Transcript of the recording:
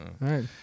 right